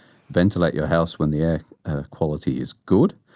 ventilate your house when the air quality is good.